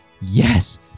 yes